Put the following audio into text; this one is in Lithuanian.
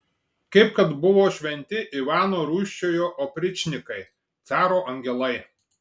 kaip kad buvo šventi ivano rūsčiojo opričnikai caro angelai